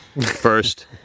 first